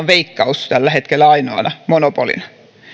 veikkaus tällä hetkellä ainoana monopolina